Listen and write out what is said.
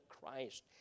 Christ